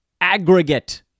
aggregate